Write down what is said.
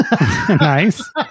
Nice